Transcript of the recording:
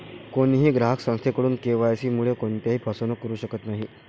कोणीही ग्राहक संस्थेकडून के.वाय.सी मुळे कोणत्याही फसवणूक करू शकत नाही